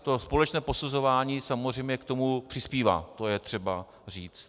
To společné posuzování samozřejmě k tomu přispívá, to je třeba říct.